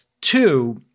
Two